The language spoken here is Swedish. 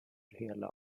hela